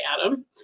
adam